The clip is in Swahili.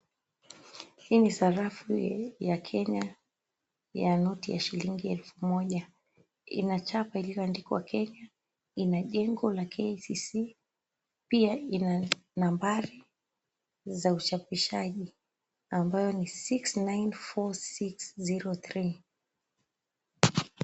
Hii ni sarafu ya Kenya ya noti ya shillingi elfu moja, inachapa iliyoandikwa Kenya ina jengo la KCC pia ina nambari za uchapishaji ambayo ni 694603.